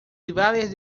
rivales